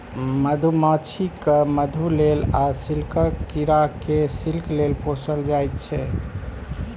मधुमाछी केँ मधु लेल आ सिल्कक कीरा केँ सिल्क लेल पोसल जाइ छै